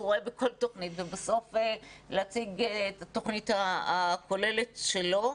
רואה בכל תוכנית ובסוף להציג את התוכנית הכוללת שלו.